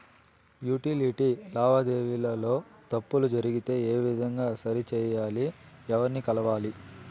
Utility లావాదేవీల లో తప్పులు జరిగితే ఏ విధంగా సరిచెయ్యాలి? ఎవర్ని కలవాలి?